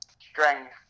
Strength